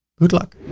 good luck.